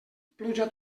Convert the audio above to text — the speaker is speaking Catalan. pluja